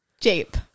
Jape